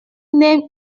name